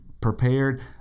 prepared